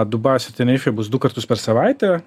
dubajus ir tenerifė bus du kartus per savaitę